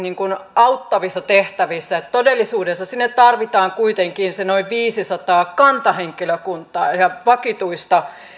auttavissa tehtävissä todellisuudessa sinne tarvitaan kuitenkin se noin viisisataa kantahenkilökuntaan vakituista